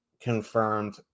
confirmed